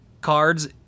cards